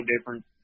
different